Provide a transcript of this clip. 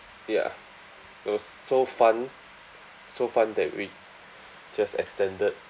ya it was so fun so fun that we just extended